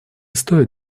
стоит